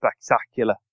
spectacular